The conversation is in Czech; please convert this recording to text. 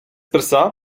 prsa